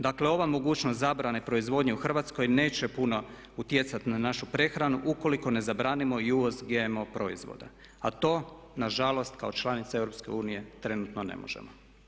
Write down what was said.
Dakle ova mogućnost zabrane proizvodnje u Hrvatskoj neće puno utjecati na našu prehranu ukoliko ne zabranimo i uvoz GMO proizvoda a to nažalost kao članica EU trenutno ne možemo.